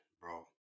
bro